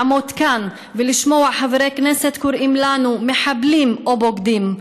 כדי לעמוד כאן ולשמוע חברי כנסת קוראים לנו מחבלים או בוגדים,